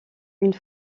une